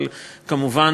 אבל כמובן,